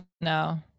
No